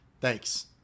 Thanks